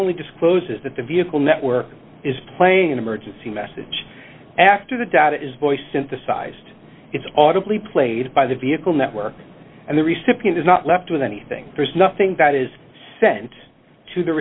only discloses that the vehicle network is playing an emergency message after the dot is voice synthesised it's auto bleep played by the vehicle network and the recipient is not left with anything there's nothing that is sent to the